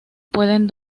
pueden